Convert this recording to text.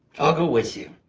i'll go with you.